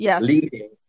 leading